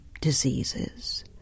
diseases